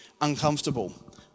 uncomfortable